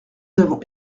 avons